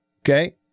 Okay